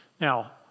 Now